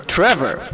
Trevor